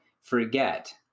forget